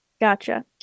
Gotcha